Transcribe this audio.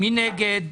מי נגד?